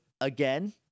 Again